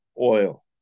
oil